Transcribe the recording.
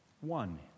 One